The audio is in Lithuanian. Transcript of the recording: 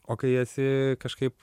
o kai esi kažkaip